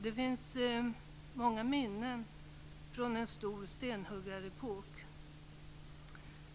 Det finns många minnen från en stor stenhuggarepok.